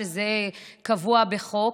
וזה קבוע בחוק,